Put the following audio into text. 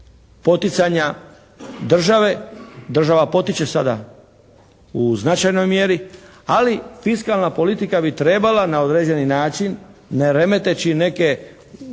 poticanja države. Država potiče sada u značajnoj mjeri, ali fiskalna politika bi trebala na određeni način, ne remeteći neke